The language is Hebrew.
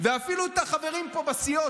ואפילו את החברים בסיעות,